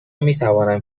میتوانم